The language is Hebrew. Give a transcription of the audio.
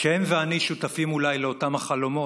שהם ואני שותפים אולי לאותם החלומות,